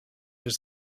his